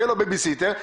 יהיה לו בייבי סיטר.